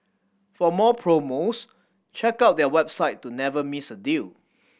for more promos check out their website to never miss a deal